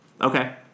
Okay